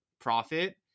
profit